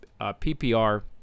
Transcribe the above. PPR